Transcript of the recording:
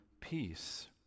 peace